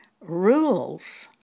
rules